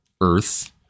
earth